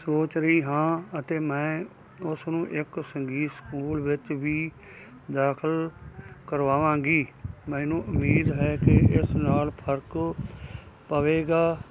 ਸੋਚ ਰਹੀ ਹਾਂ ਅਤੇ ਮੈਂ ਉਸ ਨੂੰ ਇੱਕ ਸੰਗੀਤ ਸਕੂਲ ਵਿੱਚ ਵੀ ਦਾਖਲ ਕਰਵਾਂਵਾਗੀ ਮੈਨੂੰ ਉਮੀਦ ਹੈ ਕਿ ਇਸ ਨਾਲ ਫ਼ਰਕ ਪਵੇਗਾ